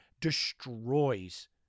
destroys